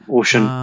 ocean